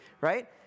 Right